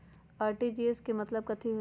RTGS के मतलब कथी होइ?